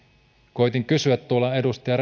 koetin kysyä tuolla edustaja